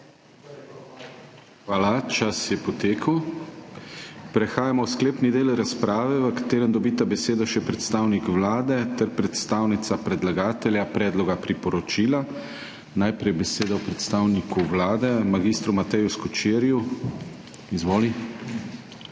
Hvala. Čas je potekel. Prehajamo v sklepni del razprave, v katerem dobita besedo še predstavnik Vlade ter predstavnica predlagatelja predloga priporočila. Najprej besedo predstavniku Vlade, mag. Mateju Skočirju. Izvoli.